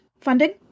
funding